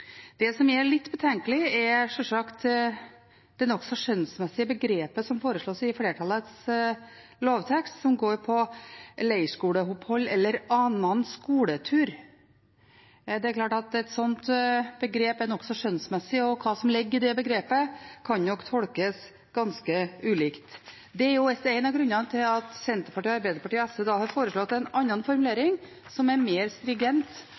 Det som er litt betenkelig, er sjølsagt det nokså skjønnsmessige begrepet som foreslås i flertallets lovtekst – «leirskoleopphald eller annan skoletur». Det er klart at et slikt begrep er nokså skjønnsmessig, og hva som ligger i det begrepet, kan nok tolkes ganske ulikt. Det er én av grunnene til at Senterpartiet, Arbeiderpartiet og SV har foreslått en annen formulering, som er mer